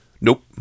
Nope